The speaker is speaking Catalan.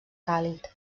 càlid